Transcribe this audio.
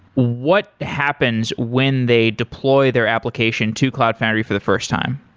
what happens when they deploy their application to cloud foundry for the first time?